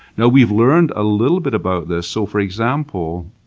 now, we've learned a little bit about this. so, for example,